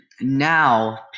now